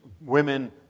women